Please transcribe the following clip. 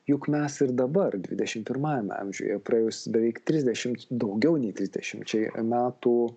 juk mes ir dabar dvidešim pirmajame amžiuje praėjus beveik trisdešimt daugiau nei trisdešimčiai metų